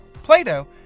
Plato